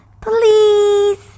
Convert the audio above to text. please